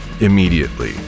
immediately